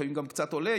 לפעמים גם קצת עולה,